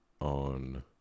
on